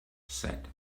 said